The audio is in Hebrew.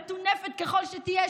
מטונפת ככל שתהיה,